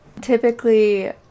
Typically